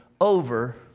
over